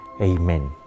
Amen